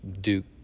Duke